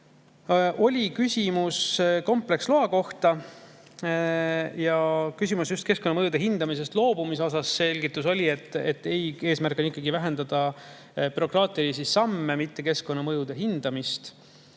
oli küsimus kompleksloa kohta, just keskkonnamõju hindamisest loobumise kohta. Selgitus oli, et eesmärk on ikkagi vähendada bürokraatlikke samme, mitte keskkonnamõju hindamist.